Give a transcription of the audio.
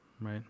right